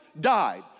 died